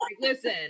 Listen